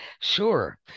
sure